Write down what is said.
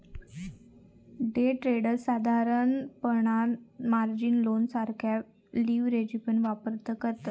day traders साधारणपणान margin loan सारखा लीव्हरेजचो वापर करतत